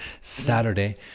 Saturday